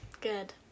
Good